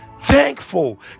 thankful